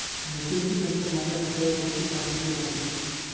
Maturity नंतर माझ्या खात्यावर पैसे पाठविले जातील?